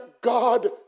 God